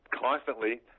constantly